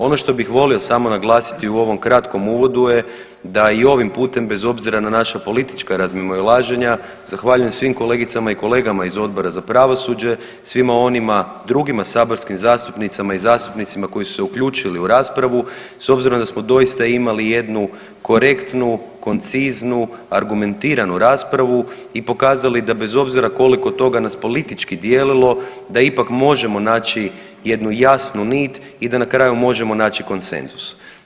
Ono što bih volio samo naglasiti u ovom kratkom uvodu je da i ovim putem bez obzira na naša politička razmimoilaženja zahvaljujem svim kolegicama i kolegama iz Odbora za pravosuđe, svima onima drugima saborskim zastupnicama i zastupnicima koji su se uključili u raspravu s obzirom da smo doista imali jednu korektnu, konciznu, argumentiranu raspravu i pokazali da bez obzira koliko toga nas politički dijelilo da ipak možemo naći jednu jasnu nit i da na kraju možemo naći konsenzus.